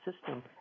system